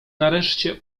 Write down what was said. nareszcie